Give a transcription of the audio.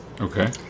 Okay